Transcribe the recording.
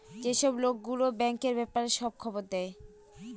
যেসব লোক গুলো ব্যাঙ্কের ব্যাপারে সব খবর দেয়